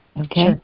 Okay